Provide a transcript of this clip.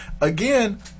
Again